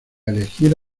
elegir